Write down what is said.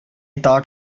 thought